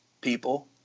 people